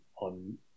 on